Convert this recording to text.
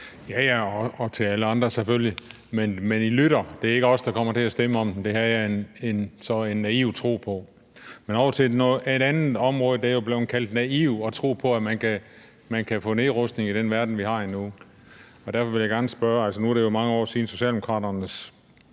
til alle andre, men I lytter. Det er ikke os, der kommer til at stemme om den, det havde jeg så en naiv tro på. Men over til et andet område: Det er jo blevet kaldt naivt at tro på, at man kan få nedrustning i den verden, vi har nu, og derfor vil jeg gerne spørge i forhold til det. Nu er det mange år siden, Socialdemokraternes